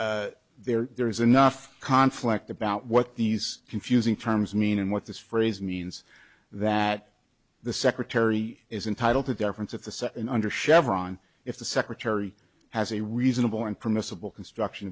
there there is enough conflict about what these confusing terms mean and what this phrase means that the secretary is entitled to deference at the second under chevron if the secretary has a reasonable and permissible construction